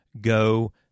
go